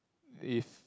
if